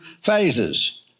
phases